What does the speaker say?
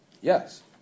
Yes